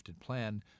plan